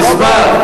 תשמח.